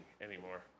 anymore